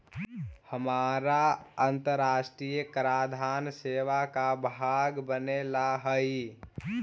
हमारा अन्तराष्ट्रिय कराधान सेवा का भाग बने ला हई